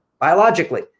biologically